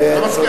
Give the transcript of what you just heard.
לא.